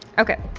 okay.